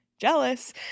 jealous